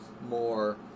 more